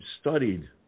studied